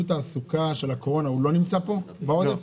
תעסוקה של הקורונה לא נמצא פה בעודף?